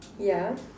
yeah